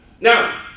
now